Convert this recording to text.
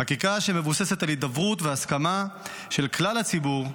חקיקה שמבוססת על הידברות והסכמה של כלל הציבור,